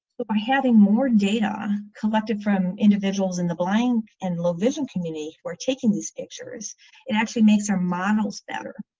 but by having more data collected from individuals in the blind and low-vision community or taking these pictures it actually makes our models better.